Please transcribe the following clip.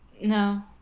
No